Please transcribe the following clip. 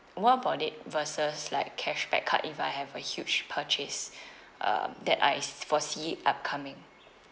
what about it versus like cashback card if I have a huge purchase um that I se~ foresee it upcoming